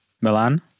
Milan